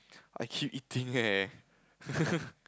I keep eating leh